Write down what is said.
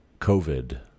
COVID